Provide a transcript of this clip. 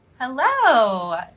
Hello